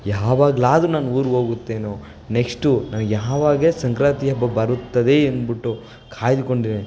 ಯಾವಾಗ್ಲಾದ್ರೂ ನಾನು ಊರಿಗೆ ಹೋಗುತ್ತೇನೋ ನೆಕ್ಶ್ಟು ನನಗೆ ಯಾವಾಗ ಸಂಕ್ರಾಂತಿ ಹಬ್ಬ ಬರುತ್ತದೆ ಎಂದ್ಬಿಟ್ಟು ಕಾಯ್ದುಕೊಂಡಿರುವೆ